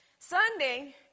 Sunday